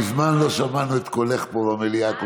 מזמן לא שמענו את קולך פה במליאה,